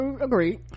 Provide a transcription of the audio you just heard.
agree